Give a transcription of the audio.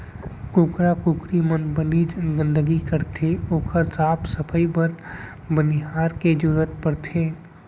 कुकरा कुकरी मन बनेच गंदगी करथे ओकर साफ सफई बर बनिहार के जरूरत परथे